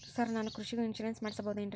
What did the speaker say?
Sir ನಾನು ಕೃಷಿಗೂ insurance ಮಾಡಸಬಹುದೇನ್ರಿ?